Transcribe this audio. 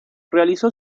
realizó